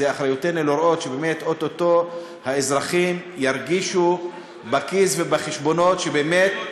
זו אחריותנו לראות שבאמת או-טו-טו האזרחים ירגישו בכיס ובחשבונות שבאמת,